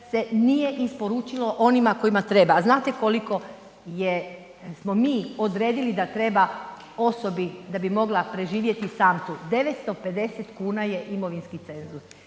se nije isporučilo onima kojima treba a znate koliko smo mi odredili da treba osobi da bi mogla preživjeti .../Govornik se